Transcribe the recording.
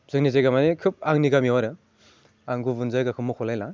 जोंनि जायगायाव माने खोब आंनि गामियाव आरो आं गुबुन जायगाखौ मख'लायला